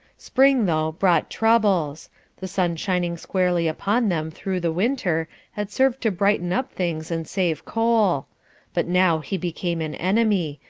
spring, though, brought troubles the sun shining squarely upon them through the winter had served to brighten up things and save coal but now he became an enemy,